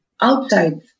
outside